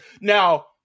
now